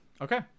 Okay